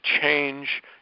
change